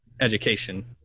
education